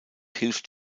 hilft